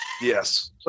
Yes